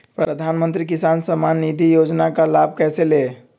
प्रधानमंत्री किसान समान निधि योजना का लाभ कैसे ले?